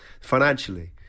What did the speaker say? financially